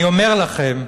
אני אומר לכם.